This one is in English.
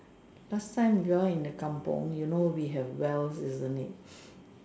last time we all in the kampung you know we have wells isn't it